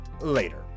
later